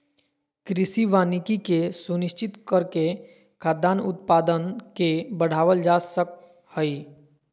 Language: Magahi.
कृषि वानिकी के सुनिश्चित करके खाद्यान उत्पादन के बढ़ावल जा सक हई